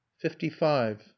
Fifty-five